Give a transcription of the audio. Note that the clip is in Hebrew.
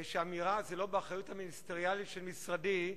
שהאמירה "זה לא באחריות המיניסטריאלית של משרדי"